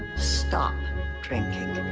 stop drinking.